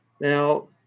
Now